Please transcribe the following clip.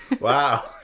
Wow